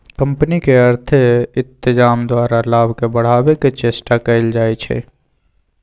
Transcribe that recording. company अर्थ के इत्जाम द्वारा लाभ के बढ़ाने के चेष्टा कयल जाइ छइ